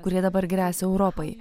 kurie dabar gresia europai